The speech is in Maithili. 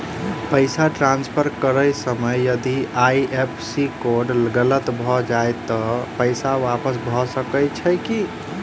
पैसा ट्रान्सफर करैत समय यदि आई.एफ.एस.सी कोड गलत भऽ जाय तऽ पैसा वापस भऽ सकैत अछि की?